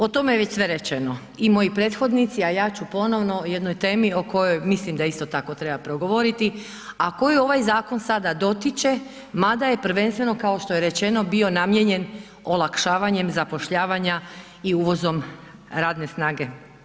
O tome je već sve rečeno i moji prethodnici, a ja ću ponovno o jednoj temi o kojoj mislim da isto tako treba progovoriti, a koju ovaj zakon sada dotiče, mada je prvenstveno kao što je rečeno bio namijenjen olakšavanjem zapošljavanja i uvozom radne snage.